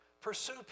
Pursue